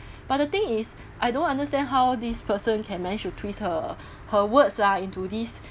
but the thing is I don't understand how this person can manage to twist her her words lah into this